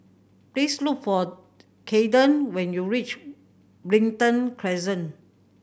please look for Cayden when you reach Brighton Crescent